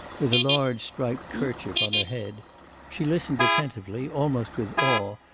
with a large striped kerchief on her head she listened attentively, almost with awe,